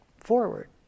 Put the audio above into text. forward